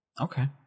okay